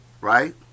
right